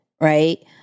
right